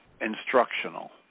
instructional